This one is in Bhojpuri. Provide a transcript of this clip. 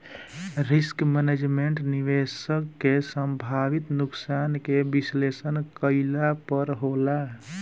रिस्क मैनेजमेंट, निवेशक के संभावित नुकसान के विश्लेषण कईला पर होला